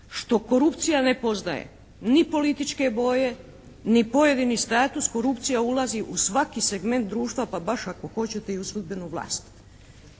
što korupcije ne poznaje ni političke boje ni pojedini status korupcija ulazi u svaki segment društva, pa baš ako hoćete i u sudbenu vlast.